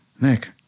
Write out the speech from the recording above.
Nick